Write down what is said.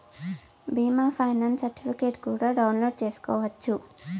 బీమా ఫైనాన్స్ సర్టిఫికెట్లు కూడా డౌన్లోడ్ చేసుకోవచ్చు